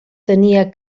tenia